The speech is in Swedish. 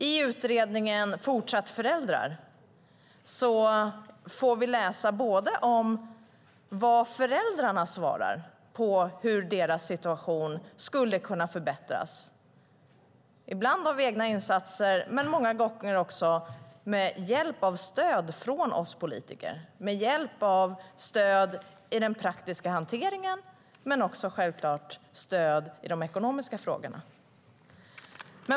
I utredningen Fortsatt föräldrar - om ansvar, ekonomi och samarbete för barnets skull får vi läsa om vad föräldrarna svarar på frågan om hur deras situation kan förbättras. Ibland handlar det om deras egna insatser men många gånger också med hjälp av stöd från oss politiker. Det handlar om stöd i den praktiska hanteringen men självklart också stöd i de ekonomiska frågorna.